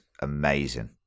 amazing